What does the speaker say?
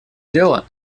дела